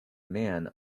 man